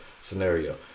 scenario